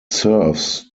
serves